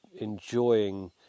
enjoying